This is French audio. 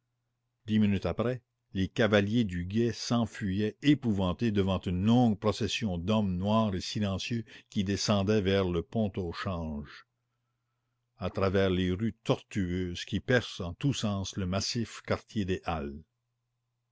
dix minutes après les cavaliers du guet s'enfuyaient épouvantés devant une longue procession d'hommes noirs et silencieux qui descendait vers le pont au change à travers les rues tortueuses qui percent en tous sens le massif quartier des halles